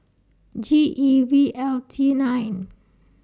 G E V L T nine